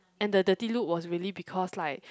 and the dirty look was really because like